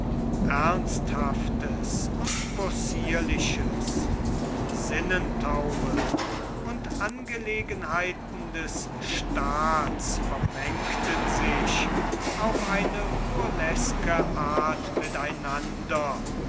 ernsthaftes und possierliches sinnentaumel und angelegenheit des staats vermengten sich auf eine burleske art